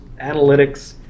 analytics